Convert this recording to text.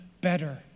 better